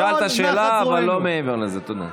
כמו בני אדם?